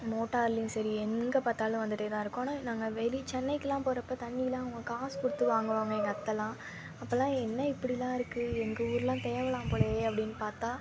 மோட்டார்லேயும் சரி எங்கே பார்த்தாலும் வந்துட்டேதான் இருக்கும் ஆனால் நாங்கள் வெளி சென்னைக்கெல்லாம் போகிறப்ப தண்ணிலாம் அவங்க காசு கொடுத்து வாங்குவாங்க எங்கள் அத்தைலாம் அப்போலாம் என்ன இப்படிலாம் இருக்குது எங்கள் ஊர்லாம் தேவலாம் போல அப்டின்னு பார்த்தா